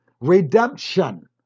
Redemption